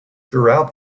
throughout